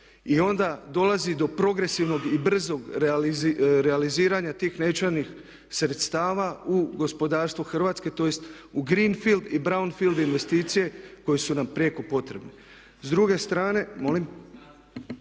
I onda dolazi do progresivnog i brzog realiziranja tih …/Govornik se ne razumije./… sredstava u gospodarstvu Hrvatske tj. u green field i brown field investicije koje su nam prijeko potrebne. S druge strane što